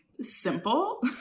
simple